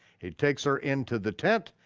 he takes her into the tent,